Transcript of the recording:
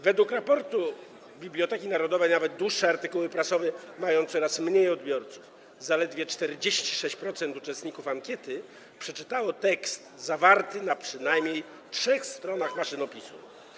Według raportu Biblioteki Narodowej nawet dłuższe artykuły prasowe mają coraz mniej odbiorców - zaledwie 46% uczestników ankiety przeczytało tekst zawarty na przynajmniej trzech stronach maszynopisu.